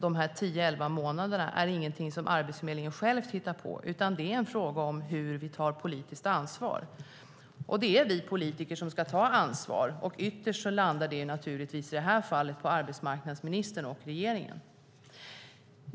De här tio elva månaderna är ingenting som Arbetsförmedlingen hittar på, utan det är en fråga om hur vi tar politiskt ansvar. Det är vi politiker som ska ta ansvar, och ytterst landar det förstås i det här fallet hos arbetsmarknadsministern och regeringen.